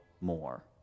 more